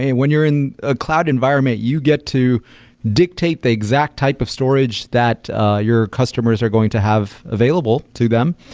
when you're in a cloud environment, you get to dictate the exact type of storage that ah your customers are going to have available to them,